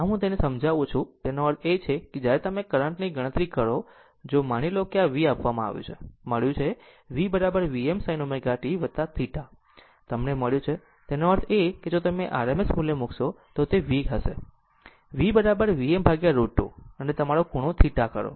આમ હું તેને સમજાવું તેનો અર્થ એ છે કે જ્યારે તમે કરંટ ની ગણતરી કરો જો માની લો કે આ V આપવામાં આવે છે મળ્યું v Vm sin ω t θ તમને મળ્યું છે આમ તેનો અર્થ એ કે જો તમે rms મૂલ્ય મૂકશો તો તે V હશે v Vm √ 2 અને તમારા ખૂણો θ કરો